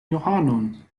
johanon